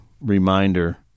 reminder